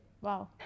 wow